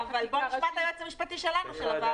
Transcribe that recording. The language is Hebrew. בואו נשמע את היועץ המשפטי של הוועדה.